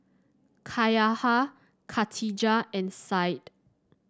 Cahaya Katijah and Said